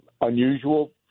unusual